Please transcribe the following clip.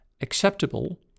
acceptable